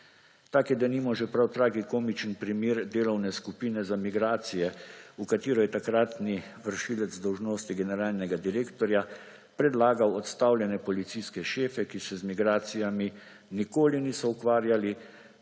Tak je denimo že prav tragikomičen primer delovne skupine za migracije, v katero je takratni vršilec dolžnosti generalnega direktorja predlagal odstavljene policijske šefe, ki se z migracijami nikoli niso ukvarjali,